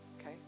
okay